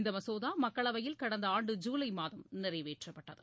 இந்த மசோதா மக்களவையில் கடந்த ஆண்டு ஜுலை மாதம் நிறைவேற்றப்பட்டது